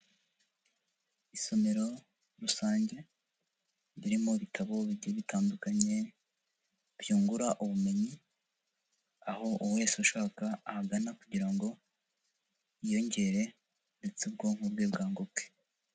Isomero rusange, ririmo ibitabo bigiye bitandukanye byungura ubumenyi; aho buri wese ushaka ahagana kugira ngo yiyongere, ndetse ubwonko bwe bwaguke.